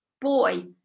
Boy